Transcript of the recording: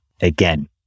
again